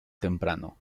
temprano